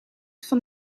van